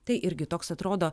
tai irgi toks atrodo